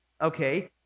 Okay